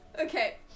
Okay